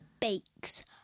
bakes